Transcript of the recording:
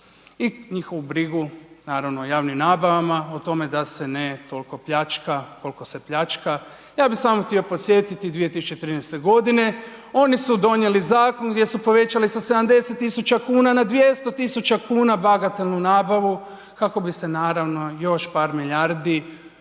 i njihovu brigu naravno o javnim nabavama o tome da se toliko ne pljačka koliko se pljačka, ja bih samo podsjetiti 2013. godine oni su donijeli zakon gdje su povećali sa 70 tisuća kuna na 200 tisuća kuna bagatelnu nabavu kako bi se naravno još par milijardi